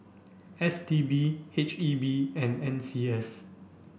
S T B H E B and N C S